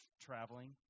traveling